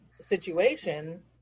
situation